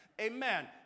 Amen